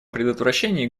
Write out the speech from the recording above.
предотвращении